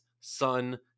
Sun